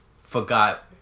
forgot